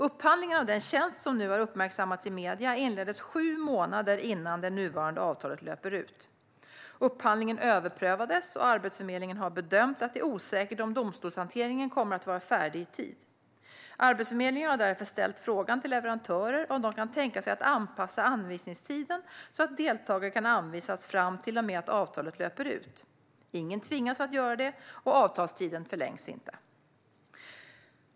Upphandlingen av den tjänst som nu har uppmärksammats i medierna inleddes sju månader innan det nuvarande avtalet löper ut. Upphandlingen överprövades, och Arbetsförmedlingen har bedömt att det är osäkert om domstolshanteringen kommer att vara färdig i tid. Arbetsförmedlingen har därför ställt frågan till leverantörer om de kan tänka sig att anpassa anvisningstiden så att deltagare kan anvisas fram till och med att avtalet löper ut. Ingen tvingas att göra det, och avtalstiden förlängs inte.